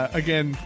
again